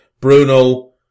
Bruno